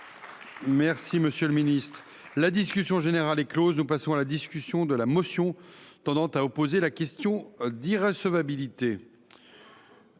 concessions. Bravo ! La discussion générale est close. Nous passons à la discussion de la motion tendant à opposer l’exception d’irrecevabilité.